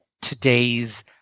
today's